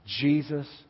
Jesus